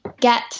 get